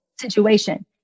situation